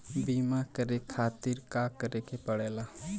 बीमा करे खातिर का करे के पड़ेला?